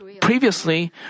Previously